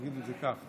נגיד את זה כך,